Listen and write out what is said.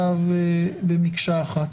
בצו המועצות המקומיות (עבירות קנס)